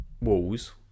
walls